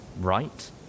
right